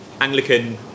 Anglican